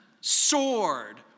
sword